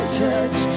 touch